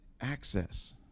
access